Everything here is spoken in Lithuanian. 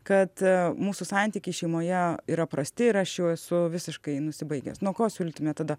kad mūsų santykiai šeimoje yra prasti ir aš jau esu visiškai nusibaigęs nuo ko siūlytumėt tada